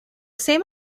same